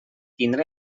tindrà